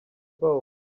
bow